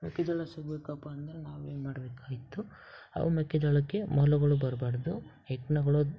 ಮೆಕ್ಕೆಜೋಳ ಸಿಗ್ಬೇಕಪ್ಪ ಅಂದ್ರೆ ನಾವೇನು ಮಾಡಬೇಕಾಯ್ತು ಅವು ಮೆಕ್ಕೆಜೋಳಕ್ಕೆ ಮೊಲಗಳು ಬರಬಾರ್ದು ಹೆಗ್ಣಗಳು